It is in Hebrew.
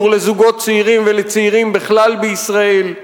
לזוגות צעירים ולצעירים בכלל בישראל,